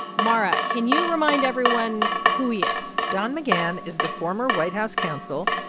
mara, can you remind everyone who he is? don mcgahn is the former white house counsel.